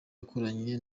wakoranye